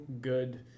good